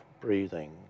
breathing